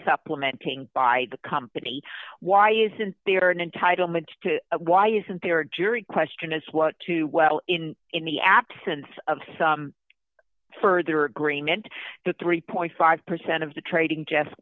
supplementing by the company why isn't there an entitlement to why isn't there a jury question is what to do well in in the absence of some further agreement that three point five percent of the trading des